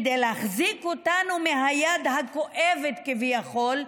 כדי להחזיק אותנו מהיד הכואבת כביכול,